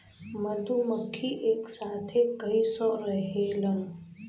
मधुमक्खी एक साथे कई सौ रहेलन